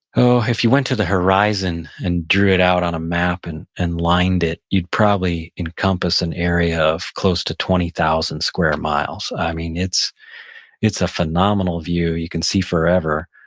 oh, if you went to the horizon and drew it out on a map and and lined it, you'd probably encompass an area of close to twenty thousand square miles. i mean it's it's a phenomenal view. you can see forever,